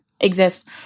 exist